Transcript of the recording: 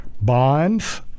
bonds